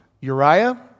Uriah